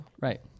right